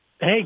Hey